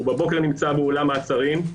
בבוקר הוא נמצא באולם מעצרים,